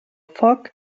foc